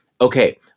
okay